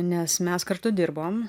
nes mes kartu dirbom